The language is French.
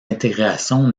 intégration